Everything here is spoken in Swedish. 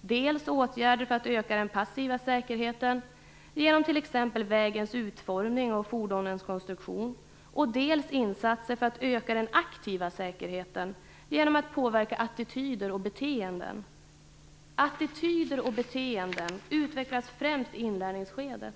Det gäller dels åtgärder för att öka den passiva säkerheten, genom t.ex. vägens utformning och fordonens konstruktion, dels insatser för att öka den aktiva säkerheten genom att påverka attityder och beteenden. Dessa utvecklas främst i inlärningsskedet.